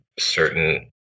certain